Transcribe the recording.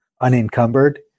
unencumbered